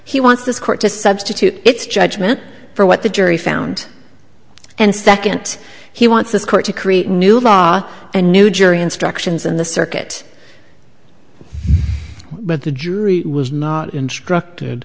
he wants this court to substitute its judgment for what the jury found and second he wants this court to create a new law and new jury instructions in the circuit but the jury was not instructed